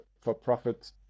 for-profit